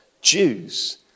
Jews